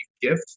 gift